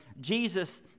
Jesus